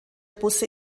busse